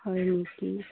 হয় নেকি